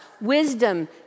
wisdom